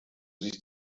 sich